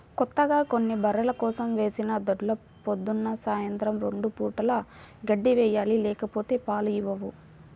కొత్తగా కొన్న బర్రెల కోసం వేసిన దొడ్లో పొద్దున్న, సాయంత్రం రెండు పూటలా గడ్డి వేయాలి లేకపోతే పాలు ఇవ్వవు